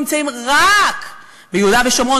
רק ביהודה ושומרון,